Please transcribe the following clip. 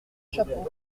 chapeau